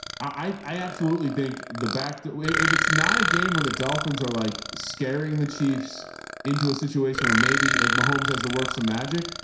i absolutely think the back, but if it's not a game where the dolphins are like scaring the chiefs into a situation where maybe like my home's has the works of magic,